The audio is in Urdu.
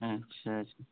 اچھا اچھا